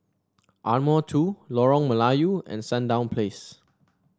Ardmore Two Lorong Melayu and Sandown Place